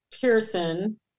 Pearson